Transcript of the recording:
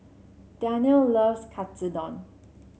Danelle loves Katsudon